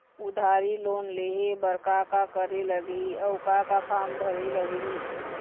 उधारी लोन लेहे बर का का करे लगही अऊ का का फार्म भरे लगही?